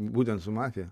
būtent su mafija